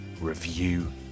review